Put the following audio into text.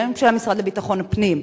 גם של המשרד לביטחון הפנים,